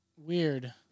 Weird